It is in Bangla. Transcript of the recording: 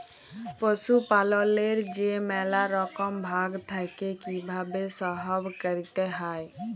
পশুপাললেল্লে যে ম্যালা রকম ভাগ থ্যাকে কিভাবে সহব ক্যরতে হয়